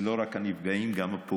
זה לא רק הנפגעים, גם הפוגעים.